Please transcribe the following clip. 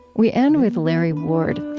we end with larry ward,